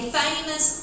famous